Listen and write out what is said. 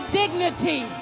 dignity